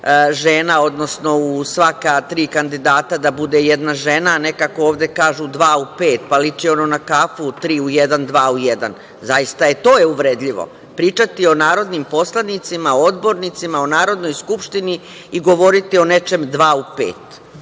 žena, odnosno u svaka tri kandidata da bude jedna žena, nekako ovde kažu dva u pet, pa liči onu kafu tri u jedan, dva u jedan, zaista, to je uvredljivo. Pričati o narodnim poslanicima, o odbornicima u Narodnoj skupštini, i govoriti o nečemu dva u pet.